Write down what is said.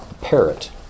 parrot